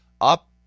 up